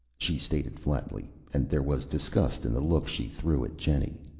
she stated flatly, and there was disgust in the look she threw at jenny.